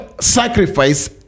sacrifice